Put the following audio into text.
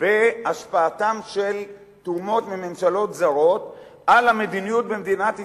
בהשפעתן של תרומות מממשלות זרות על המדיניות במדינת ישראל,